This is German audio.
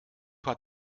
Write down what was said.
hat